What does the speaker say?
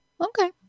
Okay